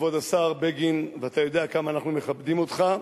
כבוד השר בגין, ואתה יודע כמה אנחנו מכבדים אותך,